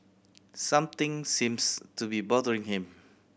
something seems to be bothering him